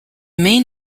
main